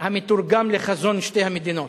המתורגם לחזון שתי המדינות.